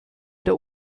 der